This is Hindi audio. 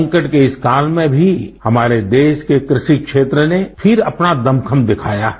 संकट के इस काल में भी हमारे देश के कृषि क्षेत्र ने फिर अपना दमखम दिखाया है